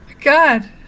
God